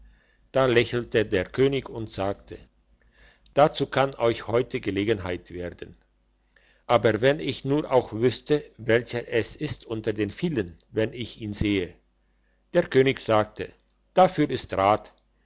da lächelte der könig und sagte dazu kann euch heute gelegenheit werden aber wenn ich nur auch wüsste welcher es ist unter den vielen wenn ich ihn sehe der könig sagte dafür ist rat